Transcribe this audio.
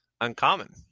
uncommon